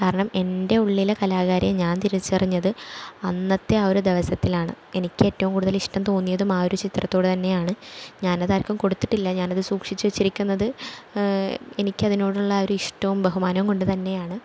കാരണം എൻ്റെ ഉള്ളിലെ കലാകാരിയെ ഞാൻ തിരിച്ചറിഞ്ഞത് അന്നത്തെ ആ ഒരു ദിവസത്തിലാണ് എനിക്കേറ്റവും കൂടുതൽ ഇഷ്ടം തോന്നിയതും ആ ഒരു ചിത്രത്തോട് തന്നെയാണ് ഞാനതാർക്കും കൊടുത്തിട്ടില്ല ഞാനത് സൂക്ഷിച്ച് വെച്ചിരിക്കുന്നത് എനിക്കതിനോടുള്ള ആ ഒരു ഇഷ്ടവും ബഹുമാനവും കൊണ്ട് തന്നെയാണ്